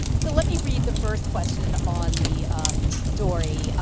so let me read the first question on the dory.